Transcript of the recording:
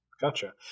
Gotcha